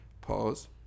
Pause